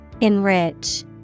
Enrich